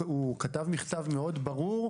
הוא כתב מכתב ברור מאוד,